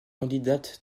candidate